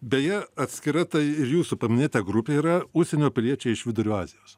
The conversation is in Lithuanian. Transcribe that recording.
beje atskira ta ir jūsų paminėta grupė yra užsienio piliečiai iš vidurio azijos